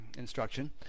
Instruction